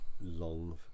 long